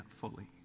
fully